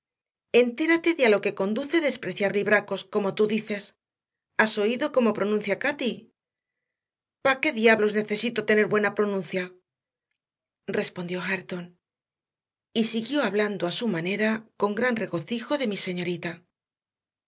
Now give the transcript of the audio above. entérate de a lo que conduce despreciar los libracos como tú dices has oído cómo pronuncia cati pa qué diablos necesito tener buena pronuncia respondió hareton y siguió hablando a su manera con gran regocijo de mi señorita